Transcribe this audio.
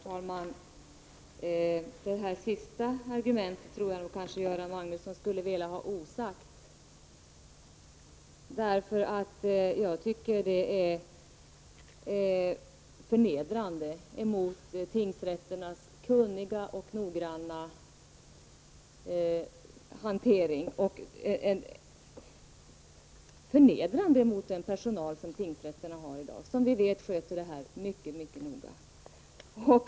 Herr talman! Det sista argumentet tror jag nog Göran Magnusson skulle vilja ha osagt. Jag tycker det är förnedrande emot tingsrätternas kunniga och noggranna hantering och förnedrande gentemot tingsrätternas personal att yttra sig på det sättet. Vi vet ju att de sköter dessa uppgifter mycket noga.